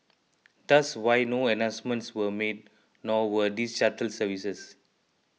thus why no announcements were made nor were these shuttle services